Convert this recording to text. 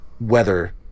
weather